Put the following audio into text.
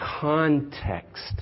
context